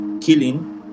killing